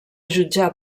jutjar